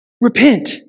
Repent